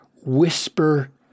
whisper